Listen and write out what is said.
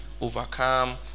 overcome